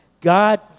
God